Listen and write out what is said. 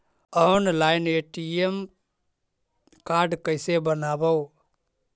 Online ATM card कैसे बनाबौ?